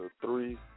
three